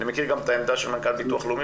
אני מכיר גם את העמדה של מנכ"ל הביטוח הלאומי,